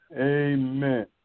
amen